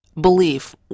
Belief